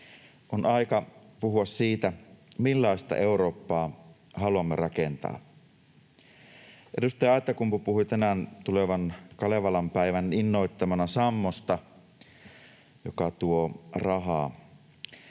On aika puhua siitä, millaista Eurooppaa haluamme rakentaa. Edustaja Aittakumpu puhui tänään tulevan Kalevalan päivän innoittamana sammosta, joka tuo rahaa.